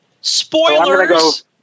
Spoilers